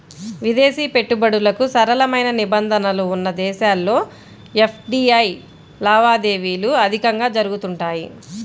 విదేశీ పెట్టుబడులకు సరళమైన నిబంధనలు ఉన్న దేశాల్లో ఎఫ్డీఐ లావాదేవీలు అధికంగా జరుగుతుంటాయి